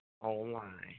online